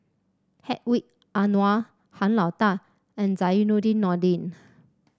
Hedwig Anuar Han Lao Da and Zainudin Nordin